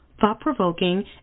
thought-provoking